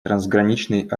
трансграничной